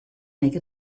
make